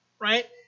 Right